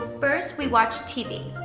first we watch tv